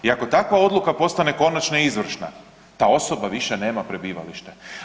I ako takva odluka postane konačna i izvršna ta osoba više nema prebivalište.